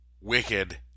Wicked